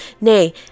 nay